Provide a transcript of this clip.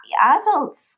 adults